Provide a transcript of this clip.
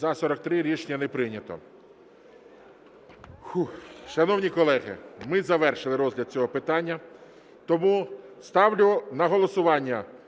За-54 Рішення не прийнято.